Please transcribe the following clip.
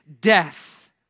death